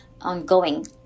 ongoing